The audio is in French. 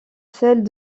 celles